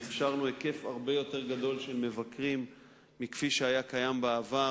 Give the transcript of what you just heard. והכשרנו מבקרי קייטנות בהיקף הרבה יותר גדול מכפי שהיה קיים בעבר